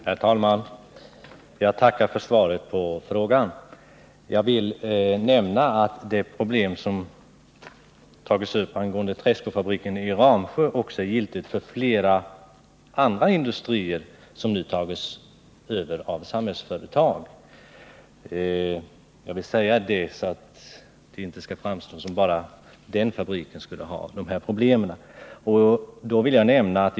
Herr talman! Jag tackar för svaret på frågan. Det problem som jag tagit upp angående träskofabriken i Ramsjö är giltigt för flera andra industrier som nu tagits över av Samhällsföretag — jag vill säga det så att det inte skall framstå som om problemet skulle vara begränsat till fabriken i Ramsjö.